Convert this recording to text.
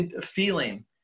feeling